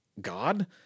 God